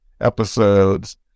episodes